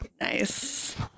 Nice